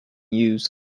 use